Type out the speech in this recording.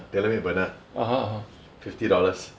TaylorMade burner fifty dollars